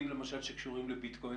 שקשורים במטבעות דיגיטליים?